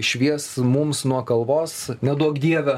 švies mums nuo kalvos neduok dieve